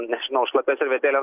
nežinau šlapia servetėle